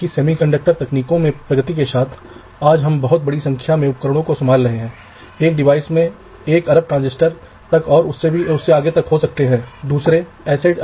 तो clock net में बड़ी संख्या में टर्मिनल पॉइंट होते हैं इसी तरह ग्राउंड या पावर नेट के लिए भी ऐसा ही होता है